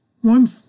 One